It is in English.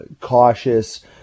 cautious